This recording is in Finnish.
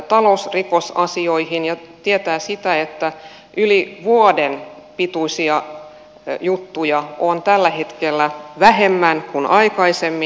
se tietää sitä että yli vuoden pituisia juttuja on tällä hetkellä vähemmän kuin aikaisemmin